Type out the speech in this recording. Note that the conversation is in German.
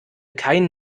keinen